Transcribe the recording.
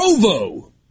Provo